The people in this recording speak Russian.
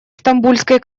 стамбульской